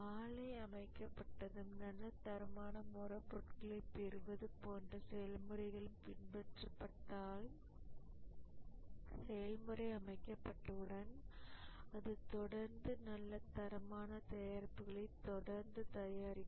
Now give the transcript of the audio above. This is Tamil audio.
ஆலை அமைக்கப்பட்டதும் நல்ல தரமான மூலப்பொருட்களைப் பெறுவது போன்ற செயல்முறைகளும் பின்பற்றப்பட்டால் செயல்முறை அமைக்கப்பட்டவுடன் அது தொடர்ந்து நல்ல தரமான தயாரிப்புகளைத் தொடர்ந்து தயாரிக்கும்